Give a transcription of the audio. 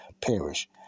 perish